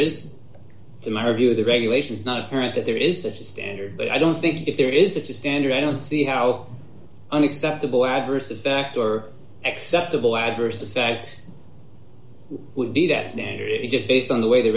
is to my review of the regulations not apparent that there is such a standard but i don't think if there is a standard i don't see how unacceptable adverse effect or acceptable adverse effect would be that standard it just based on the way the